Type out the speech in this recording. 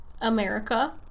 America